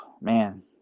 man